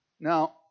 Now